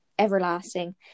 everlasting